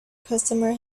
customer